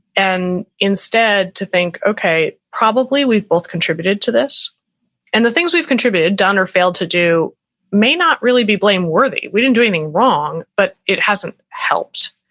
and instead to think, okay, probably we both contributed to this and the things we've contributed down or failed to do may not really be blame worthy. we didn't do anything wrong, but it hasn't helped.